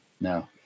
No